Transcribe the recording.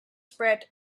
spread